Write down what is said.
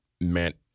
meant